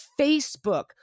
Facebook